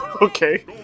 Okay